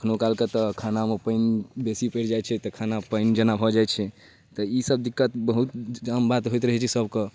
कखनहुकालके तऽ खानामे पानि बेसी पड़ि जाइ छै तऽ खाना पानि जेना भऽ जाइ छै तऽ ईसब दिक्कत बहुत हमरा तऽ होइत रहै छै सभके